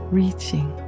reaching